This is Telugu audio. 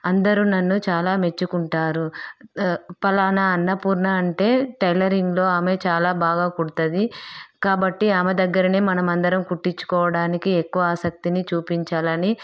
అందరు నన్ను చాలా మెచ్చుకుంటారు ఫలానా అన్నపూర్ణ అంటే టైలరింగ్లో ఆమె చాలా బాగా కుడతుంది కాబట్టి ఆమె దగ్గర మనం అందరం కుట్టించుకోవడానికి ఎక్కువ ఆసక్తిని చూపించాలని